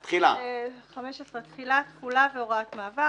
"תחילה, תחולה והוראת מעבר.